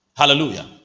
Hallelujah